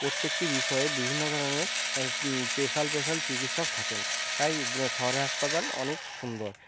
প্রত্যেকটি বিষয়ে বিভিন্ন ধরনের স্পেশাল স্পেশাল চিকিৎসক থাকেন তাই শহরের হাসপাতাল অনেক সুন্দর